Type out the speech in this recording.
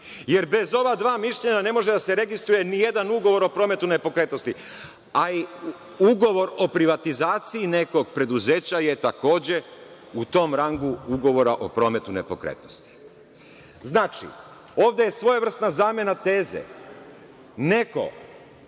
Jer, bez ova dva mišljenja ne može da se registruje nijedan ugovor o prometu nepokretnosti, a i ugovor o privatizaciji nekog preduzeća je takođe u tom rangu ugovora o prometu nepokretnosti. Ovde je svojevrsna zamena teze. Neko